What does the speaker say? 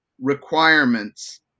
requirements